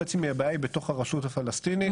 חצי מהבעיה היא בתוך הרשות הפלסטינית.